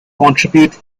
contribute